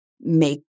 make